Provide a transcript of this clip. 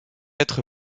être